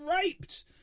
raped